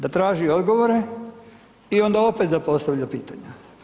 Da traži odgovore i onda opet da postavlja pitanja.